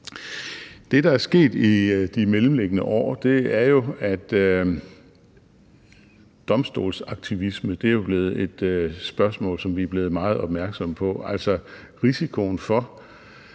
Det, der er sket i de mellemliggende år, er jo, at domstolsaktivisme jo er blevet et spørgsmål, som vi er blevet meget opmærksomme på